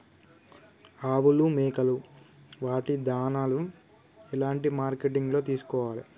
ఆవులు మేకలు వాటి దాణాలు ఎలాంటి మార్కెటింగ్ లో తీసుకోవాలి?